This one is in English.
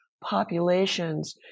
populations